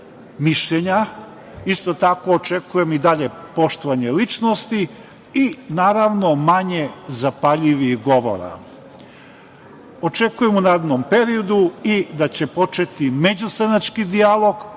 mišljenja. Isto tako očekujem i dalje poštovanje ličnosti i naravno manje zapaljivih govora. Očekujem u narednom periodu i da će početi međustranački dijalog,